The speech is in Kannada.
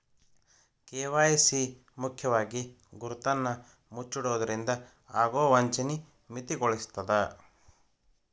ಕೆ.ವಾಯ್.ಸಿ ಮುಖ್ಯವಾಗಿ ಗುರುತನ್ನ ಮುಚ್ಚಿಡೊದ್ರಿಂದ ಆಗೊ ವಂಚನಿ ಮಿತಿಗೊಳಿಸ್ತದ